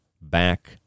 back